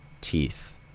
teeth